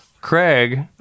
Craig